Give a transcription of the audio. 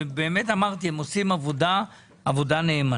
וכמו שאמרתי, הם עושים עבודה נאמנה.